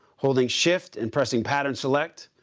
holding shift and pressing pattern select.